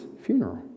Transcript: funeral